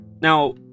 Now